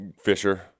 Fisher